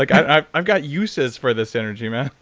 like i've i've got uses for this energy now.